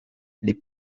les